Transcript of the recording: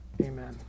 amen